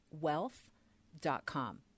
wealth.com